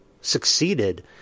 succeeded